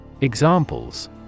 Examples